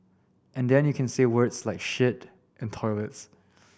and then you can say words like shit and toilets